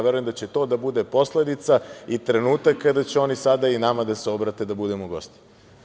Verujem da će to da bude posledica i trenutak kada će oni sada nama da se obrate da budemo gosti.